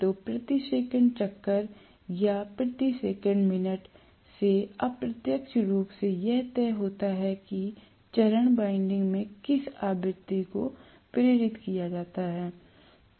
तो प्रति सेकंड चक्कर या प्रति मिनट चक्कर से अप्रत्यक्ष रूप से यह तय होता है कि चरण वाइंडिंग्स में किस आवृत्ति को प्रेरित किया जाता है